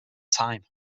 time